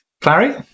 Clary